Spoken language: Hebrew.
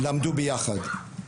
למדו ביחד.